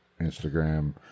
Instagram